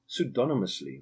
pseudonymously